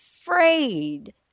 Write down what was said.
afraid